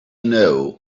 know